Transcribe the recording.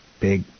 big